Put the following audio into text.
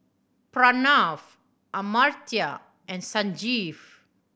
Pranav Amartya and Sanjeev